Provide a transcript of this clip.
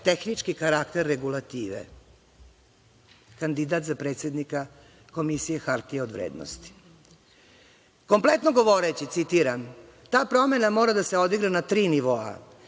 tehnički karakter regulative, kandidat za predsednika Komisije za hartije od vrednosti.„Kompletno govoreći“, citiram: „ta promena mora da se odigra na tri nivoa.